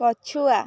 ପଛୁଆ